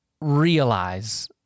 realize